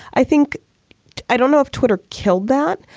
i think i don't know if twitter killed that,